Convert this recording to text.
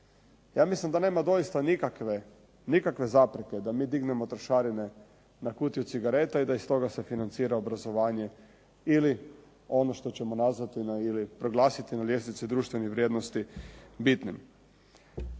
Ja mislim da nema doista nikakve zapreke da mi dignemo trošarine na kutiju cigareta i da iz toga se financira obrazovanje ili ono što ćemo nazvati ili proglasiti na ljestvici društvenih vrijednosti bitnim.